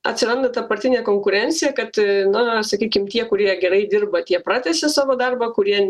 atsiranda ta partinė konkurencija kad na sakykim tie kurie gerai dirba tie pratęsia savo darbą kurie